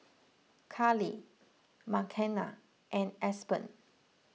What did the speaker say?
Karli Makenna and Aspen